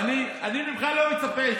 אמרתי לך, ממך אני לא מצפה.